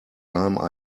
time